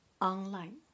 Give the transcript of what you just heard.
online